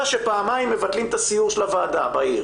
שפעמיים מבטלים את סיור הוועדה בעיר